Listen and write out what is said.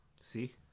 See